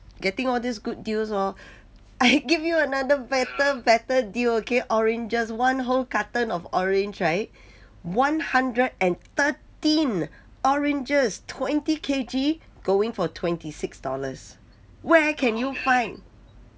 getting all this good deals orh I give you another better better deal okay oranges one whole carton of orange [right] one hundred and thirteen oranges twenty K_G going for twenty six dollars where can you find